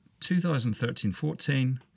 2013-14